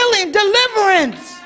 deliverance